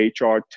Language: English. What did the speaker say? HR